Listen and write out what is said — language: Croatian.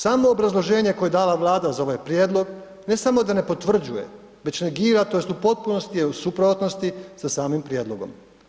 Samo obrazloženje koje je dala Vlada za ovaj prijedlog ne samo da potvrđuje već negira tj. u potpunosti je u suprotnosti sa samim prijedlogom.